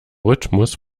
rhythmus